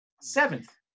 Seventh